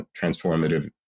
transformative